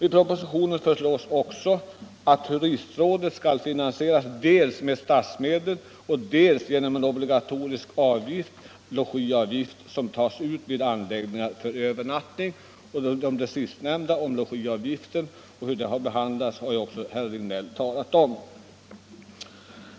I propositionen föreslås också att turistrådet skall finansieras dels med statsmedel, dels genom en obligatorisk avgift — s.k. logiavgift — som tas ut vid anläggningar för övernattning. Frågan om logiavgiften har också berörts av herr Regnéll.